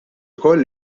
ukoll